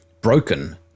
broken